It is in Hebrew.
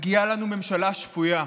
מגיעה לנו ממשלה שפויה.